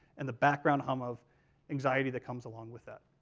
and the background hum of anxiety that comes along with that.